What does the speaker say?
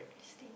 steak